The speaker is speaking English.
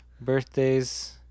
birthdays